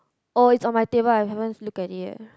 oh it's on my table I haven't look at it yet